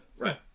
Right